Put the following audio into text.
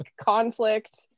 conflict